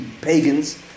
pagans